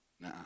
Nah